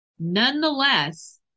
Nonetheless